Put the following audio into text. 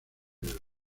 del